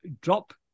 drop